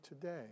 today